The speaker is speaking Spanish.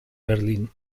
berlin